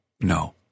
No